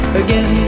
again